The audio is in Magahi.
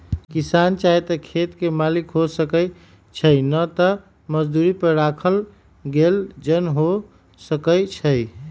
किसान चाहे त खेत के मालिक हो सकै छइ न त मजदुरी पर राखल गेल जन हो सकै छइ